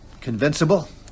Convincible